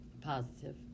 Positive